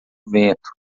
vento